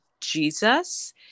Jesus